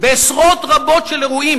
בעשרות רבות של אירועים,